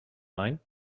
mind